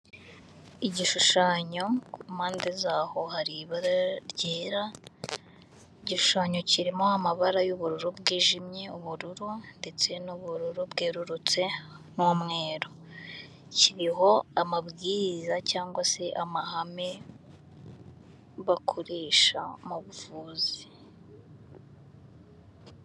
Igishushanyo ku mpande zaho hari ibara ryera, igishoyo kirimo amabara y'ubururu bwijimye ubururu ndetse n'ubururu bwerurutse n'umweru, kiriho amabwiriza cyangwa se amahame bakoresha mu buvuzi.